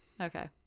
Okay